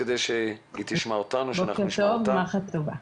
טוב, גמר חתימה טובה.